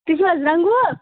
تُہۍ چھِو حظ رنٛگہٕ وول